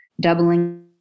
doubling